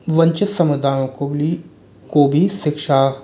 वंचित समुदायों कोब्ली को भी शिक्षा